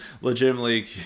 legitimately